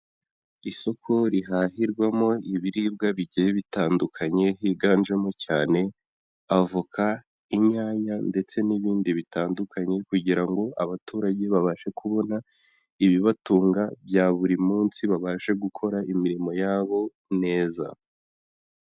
Isoko rihahirwamo ibiribwa bigiye bitandukanye, higanjemo cyane avoka, inyanya ndetse n'ibindi bitandukanye kugira ngo abaturage babashe kubona ibibatunga bya buri munsi babashe gukora imirimo yabo neza.